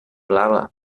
blava